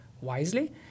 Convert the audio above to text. wisely